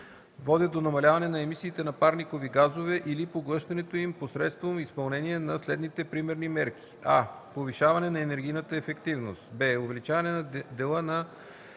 водят до намаляване на емисиите на парникови газове или поглъщането им посредством изпълнение на следните примерни мерки: а) повишаване на енергийната ефективност; б) увеличаване дела на